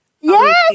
Yes